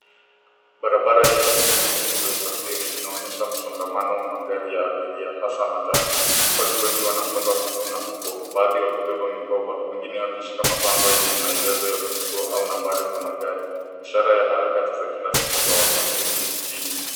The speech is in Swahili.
Barabara yenye shughuli nyingi za usafiri, inaonyesha msongamano wa magari ya abiria hasa matatu. Watu wengi wanasoga huku na huko baadhi wakibeba mikoba, wengine wakishika mabango yenye maelezo ya vituo au nambari za magari, ishara ya harakati za kila siku za wasafiri jijini.